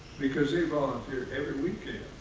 because they volunteer every weekend,